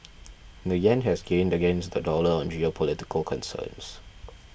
the yen has gained against the dollar on geopolitical concerns